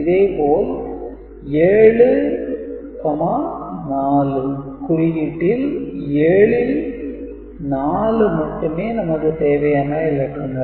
இதே போல் 7 4 குறியீட்டில் 7 ல் 4 மட்டுமே நமக்கு தேவையான இலக்கங்கள்